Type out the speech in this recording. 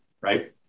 right